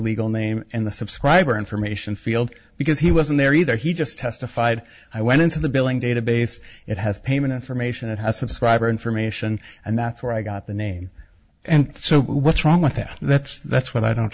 legal name and the subscriber information field because he wasn't there either he just testified i went into the billing database it has payment information it has subscriber information and that's where i got the name and so what's wrong with it that's that's what i don't